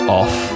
off